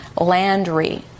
Landry